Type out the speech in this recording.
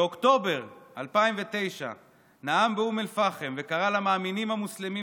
באוקטובר 2009 נאם באום אל-פחם וקרא למאמינים המוסלמים